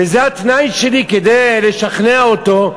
וזה התנאי שלי כדי לשכנע אותו,